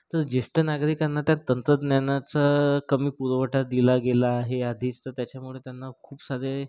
तर ज्येष्ठ नागरिकांना त्या तंत्रज्ञानाचा कमी पुरवठा दिला गेला आहे आधीच तर त्याच्यामुळे त्यांना खूप सारे